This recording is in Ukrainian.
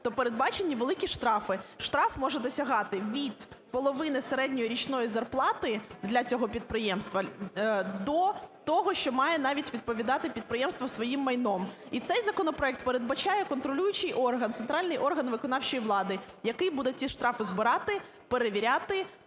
то передбачені великі штрафи. Штраф може досягати від половини середньої річної зарплати для цього підприємства до того, що має навіть відповідати підприємство своїм майном. І цей законопроект передбачає контролюючий орган – центральний орган виконавчої влади, який буде ці штрафи збирати, перевіряти,